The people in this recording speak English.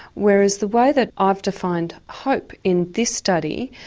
whereas the way that ah i've defined hope in this study,